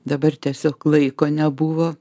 dabar tiesiog laiko nebuvo